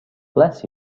bless